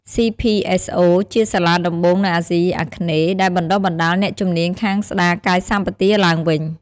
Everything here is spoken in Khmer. សុី ភី អេស អូ CPSO ជាសាលាដំបូងនៅអាសុីអាគ្នេហ៍ ដែលបណ្តុះបណ្ដាលអ្នកជំនាញខាងស្ដាយកាយសម្បទាឡើងវិញ។